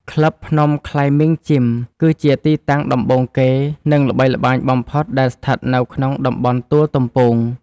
ក្លឹប ភ្នំ ក្លាយមីង ជីម គឺជាទីតាំងដំបូងគេ និងល្បីល្បាញបំផុតដែលស្ថិតនៅក្នុងតំបន់ទួលទំពូង។